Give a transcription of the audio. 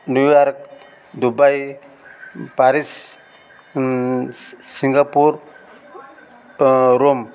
New York Dubai Paris Singapore Rome